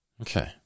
Okay